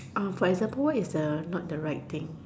oh for example what is the not the right thing